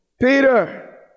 Peter